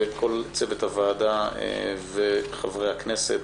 וכל צוות הוועדה וחברי הכנסת.